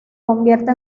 convierte